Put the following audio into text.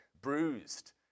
bruised